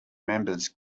members